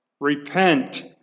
Repent